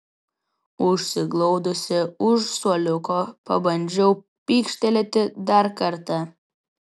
užsiglaudusi už suoliuko pabandžiau pykštelėti dar kartą